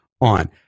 on